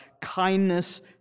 kindness